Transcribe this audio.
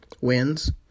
wins